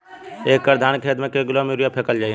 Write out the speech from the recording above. एक एकड़ धान के खेत में क किलोग्राम यूरिया फैकल जाई?